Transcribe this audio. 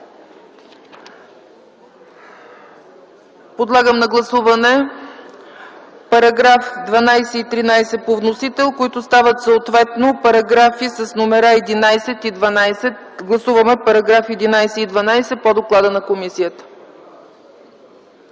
Подлагам на гласуване параграфи 12 и 13 по вносител, които стават съответно параграфи 11 и 12. Гласуваме параграфи 11 и 12 по доклада на комисията.